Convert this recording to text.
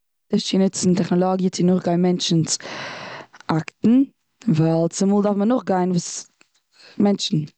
נישט צו ניצן טעכנאלאגיע צו נאך גיין מענטשנ'ס אקטן. ווייל צומאל דארף מען נאך גיין ס- מענטשן.